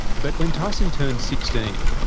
but when tyson turned sixteen,